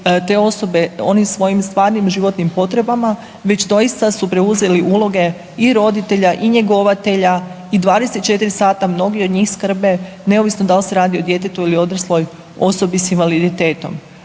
te osobe, onim svojim stvarnim životnim potrebama, već doista su preuzeli uloge i roditelja i njegovatelja i 24 h mnogi od njih skrbe, neovisno da li se radi o djetetu ili odrasloj osobi s invaliditetom.